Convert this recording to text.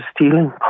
stealing